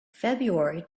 february